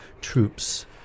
troops